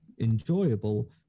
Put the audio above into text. enjoyable